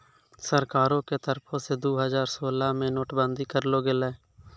सरकारो के तरफो से दु हजार सोलह मे नोट बंदी करलो गेलै